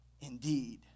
indeed